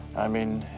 i mean,